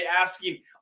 asking